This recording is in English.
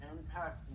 Impact